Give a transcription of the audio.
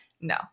no